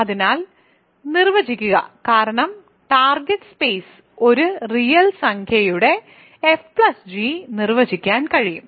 അതിനാൽ നിർവ്വചിക്കുക കാരണം ടാർഗെറ്റ് സ്പേസ് ഒരു റിയൽ സംഖ്യയുടെ fg നിർവചിക്കാൻ കഴിയും